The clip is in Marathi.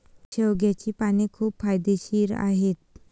शेवग्याची पाने खूप फायदेशीर आहेत